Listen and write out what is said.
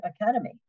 academy